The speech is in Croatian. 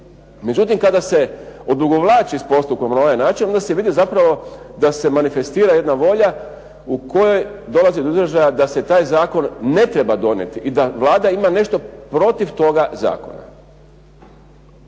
Međutim, kada se odugovlači s postupkom na ovaj način onda se vidi zapravo da se manifestira jedna volja u kojoj dolazi do izražaja da se taj zakon ne treba donijeti i da Vlada ima nešto protiv toga zakona.